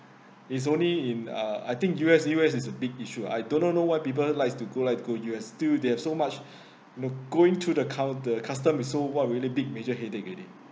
it's only in uh I think U_S U_S it's a big issue ah I don't know know why people like to go like to go U_S still they have so much go in to the counter the customs is so what really big major headache already